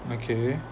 okay